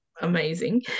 amazing